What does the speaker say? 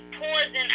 poison